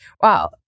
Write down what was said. Wow